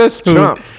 Trump